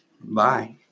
Bye